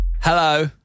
Hello